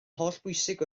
hollbwysig